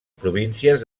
províncies